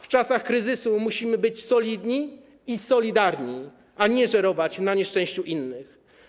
W czasach kryzysu musimy być solidni i solidarni, a nie żerować na nieszczęściu innych.